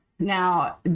Now